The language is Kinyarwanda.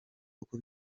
uko